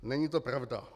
Není to pravda.